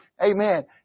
Amen